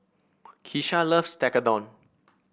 Kisha loves Tekkadon